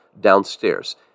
downstairs